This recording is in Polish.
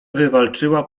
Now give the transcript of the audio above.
wywalczyła